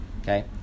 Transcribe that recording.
okay